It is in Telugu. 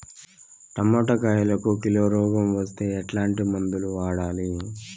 టమోటా కాయలకు కిలో రోగం వస్తే ఎట్లాంటి మందులు వాడాలి?